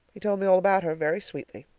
he told me all about her, very sweetly.